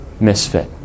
misfit